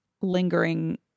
lingering